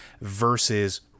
versus